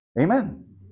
Amen